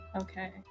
Okay